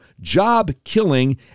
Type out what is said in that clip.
job-killing